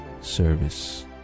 service